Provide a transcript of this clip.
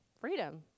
Freedom